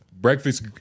Breakfast